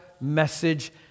message